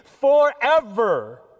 forever